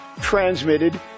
transmitted